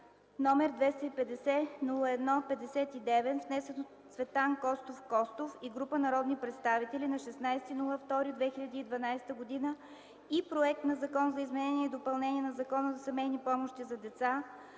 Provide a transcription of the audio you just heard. № 250-01-59, внесен от Цветан Костов Костов и група народни представители на 16 февруари 2012 г. и Законопроект за изменение и допълнение на Закона за семейни помощи за деца,